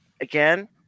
Again